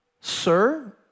Sir